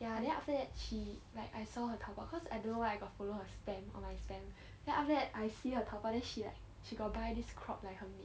ya then after that she like I saw her 淘宝 cause I don't know why I got follow her spam or my spam then after that I see her 淘宝 then she like she got buy this crop 来很美